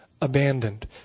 abandoned